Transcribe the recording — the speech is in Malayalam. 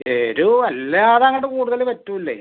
എരിവ് വല്ലാതങ്ങട് കൂടുതൽ പറ്റൂല്ലേ